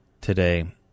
Today